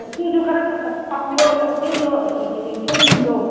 ꯍꯣꯏ ꯏꯆꯦꯁꯨ ꯈꯔ ꯉꯟꯅ ꯂꯥꯛꯄꯤꯌꯣ ꯏꯆꯦꯁꯨ ꯍꯌꯦꯡ ꯌꯦꯟꯊꯣꯛ ꯌꯦꯟꯁꯤꯟꯗꯣ